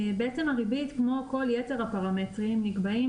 בעצם הריבית כמו כל יתר הפרמטרים נקבעים